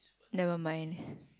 never mind